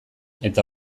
eta